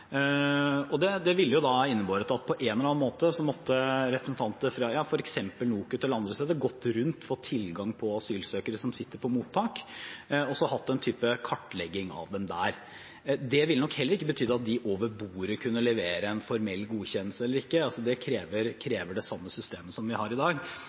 innebåret at på en eller annen måte måtte representanter fra f.eks. NOKUT, eller andre steder, gått rundt og fått tilgang på asylsøkere som sitter på mottak, og så hatt en type kartlegging av dem der. Det ville nok heller ikke betydd at man over bordet kunne levere en formell godkjennelse eller ikke. Det krever det samme systemet som vi har i dag.